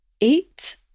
eight